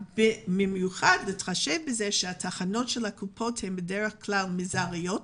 במיוחד בהתחשב בזה שהתחנות של הקופות הן בדרך כלל מזעריות,